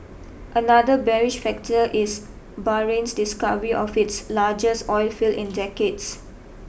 another bearish factor is Bahrain's discovery of its largest oilfield in decades